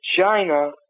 China